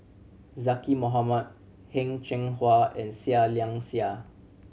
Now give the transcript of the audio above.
Zaqy Mohamad Heng Cheng Hwa and Seah Liang Seah